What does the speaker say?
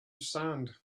sand